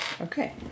okay